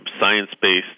science-based